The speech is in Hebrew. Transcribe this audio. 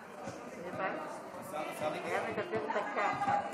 אני רק מעדכן שמלבד חברת הכנסת